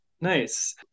Nice